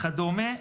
וכדומה,